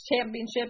Championship